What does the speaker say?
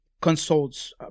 consults